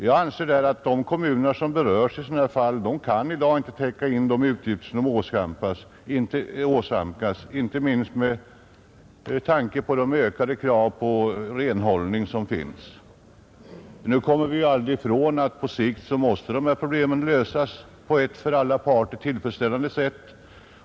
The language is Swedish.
Jag anser att de kommuner som berörs i sådana här fall kan i dag inte täcka de utgifter som de åsamkas, inte minst med tanke på de ökade krav på renhållning som finns, Nu kommer vi ju aldrig ifrån att på sikt måste dessa problem lösas på ett för alla parter tillfredsställande sätt.